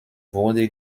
wurde